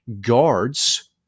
guards